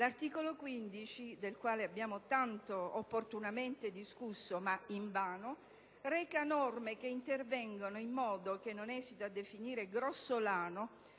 L'articolo 15, del quale abbiamo tanto opportunamente, ma invano discusso, reca norme che intervengono in modo che non esito a definire grossolano